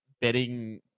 betting